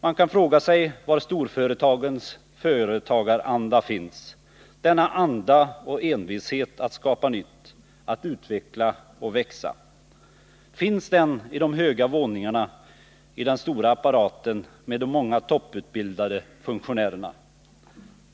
Man kan fråga sig var storföretagets företagaranda finns, denna anda och envishet att skapa nytt, att utveckla och växa. Finns den i de höga våningarna i den stora apparaten med de många topputbildade funktionärerna?